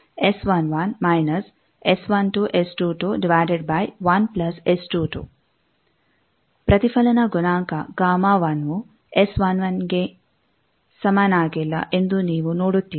ಪ್ರತಿಫಲನ ಗುಣಾಂಕ Γ1 ವು S11 ಗೆ ಸಮನಾಗಿಲ್ಲ ಎಂದು ನೀವು ನೋಡುತ್ತೀರಿ